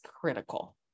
critical